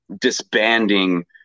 disbanding